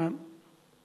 הולכים לוועדת חינוך גם,